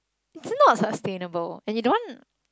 it's not sustainable and you don't want